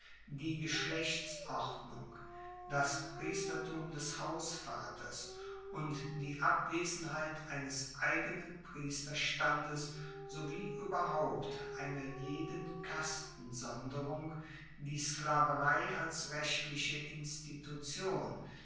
die geschlechtsordnung das priestertum des hausvaters und die abwesenheit eines eigenen priesterstandes sowie ueberhaupt einer jeden kastensonderung die sklaverei als rechtliche institution